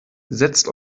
setzt